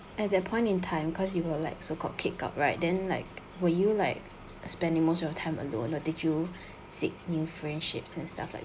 at that point in time because you were like so called kicked out right then like were you like spending most of your time alone or did you seek new friendships and stuff like